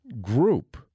group